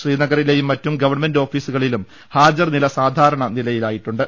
ശ്രീനഗറിലെയും മറ്റും ഗവൺമെന്റ് ഓഫീസുകളിലും ഹാജർനില സാധാരണ നിലയിലായിട്ടുണ്ട്